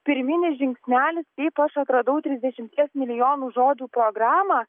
pirminis žingsnelis kaip aš atradau trisdešimies milijonų žodžių programą